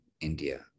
India